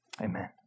Amen